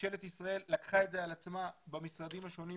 ממשלת ישראל לקחה את זה על עצמה במשרדים השונים,